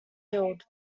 killed